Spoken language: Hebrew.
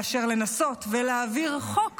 מאשר לנסות ולהעביר חוק